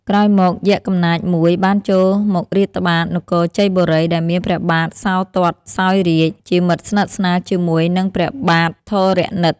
ក្រោយមក យក្សកំណាចមួយបានចូលមករាតត្បាតនគរជ័យបូរី ដែលមានព្រះបាទសោទត្តសោយរាជ្យ ជាមិត្តសិទ្ធស្នាលជាមួយនឹងព្រះបាទធរណិត។